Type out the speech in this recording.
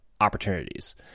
opportunities